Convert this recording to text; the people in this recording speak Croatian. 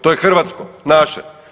To je hrvatsko, naše.